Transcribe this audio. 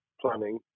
planning